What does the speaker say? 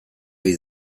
ohi